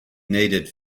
needed